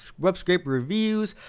web scrape reviews.